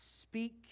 speak